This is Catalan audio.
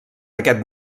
aquest